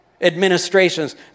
Administrations